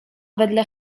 wedle